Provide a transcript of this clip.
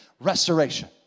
restoration